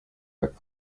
work